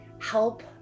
help